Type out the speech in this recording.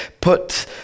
put